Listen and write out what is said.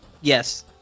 Yes